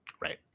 Right